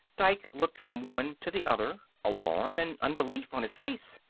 dike looked from one to the other, alarm and unbelief on his face.